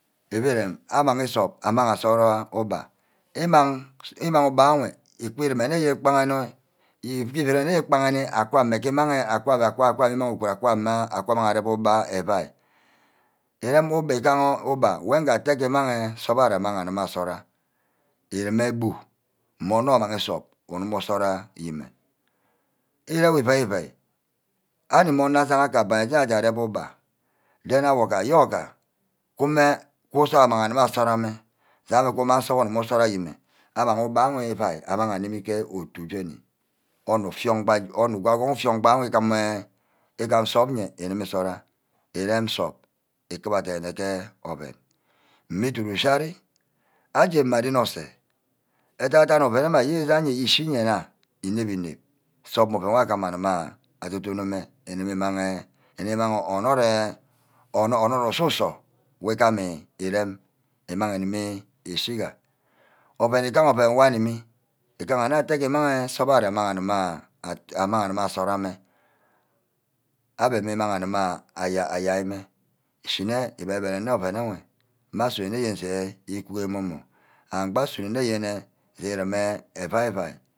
Ivu-rem amang nsup amang nsup amang asara ugba euai nrem ugba igaha ugba wenge ítte ímmang nsup are amanga asara ereme bu mme onor umange nsup ugumu ayinne íre-wor ívai-íve ani anor kabami aje arep ugba j̄ení awor gayo-ga umah nsort ama agama afoorb ameh je ime uku nsoro ame uku sara mme. ayimme ame uba wor îvai amang anime ke utu jeni anor ufune wor ígame nsup eyeah igîmi sora. dem nsup ukuba dene ke oven. mme îduni ushi arear aje mma ren ise aje-ja oven ayeni ishi nne-nna ínep-ínep sup mme oven wor abbe agima-agíma ador-dorn-mme uh umag anord enh anord usu-sor wor igameh irem imag inemi ishigha. oven ígha oven wor aremi. ígaha nne îmag sup arear amang dume. amang asara mme abbe mme ígamang ayai mme ishiner ibe-bere nne oven wor mma asunnor nne je ígwe mu-mu and gba asunor nne yene sureme evai evai